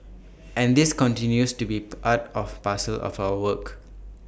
and this continues to be part of parcel of our work